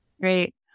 Great